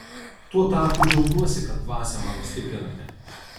tuo tarpu džiaugiuosi kad dvasią mano stiprinate